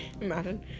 Imagine